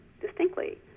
distinctly